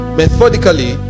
methodically